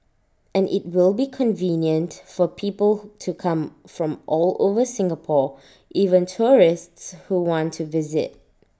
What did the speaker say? and IT will be convenient for people to come from all over Singapore even tourists who want to visit